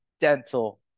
dental